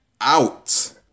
out